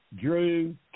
Drew